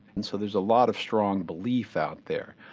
and so there's a lot of strong belief out there.